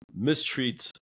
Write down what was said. mistreat